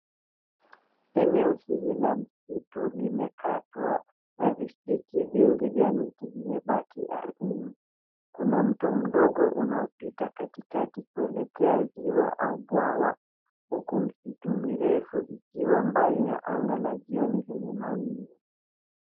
Eneo hili la msitu limekatwa na vijiti vingi vya miti vimebaki ardhini. Kuna mto mdogo unaopita katikati kuelekea ziwa au bwawa uku misitu mirefu ikiwa mbali na anga la jioni lenye mawingu.